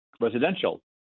residential